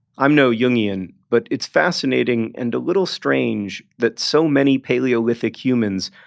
i'm no jungian, but it's fascinating and a little strange that so many paleolithic humans,